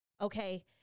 okay